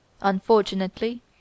Unfortunately